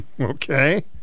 Okay